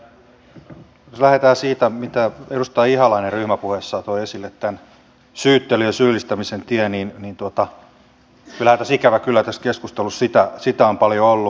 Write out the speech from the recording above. jos lähdetään siitä mitä edustaja ihalainen ryhmäpuheessaan toi esille tämän syyttelyn ja syyllistämisen tien niin ikävä kyllä tässä keskustelussa sitä on paljon ollut